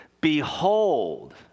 behold